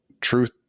truth